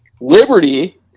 Liberty